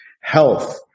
health